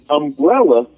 umbrella